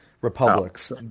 Republics